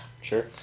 Sure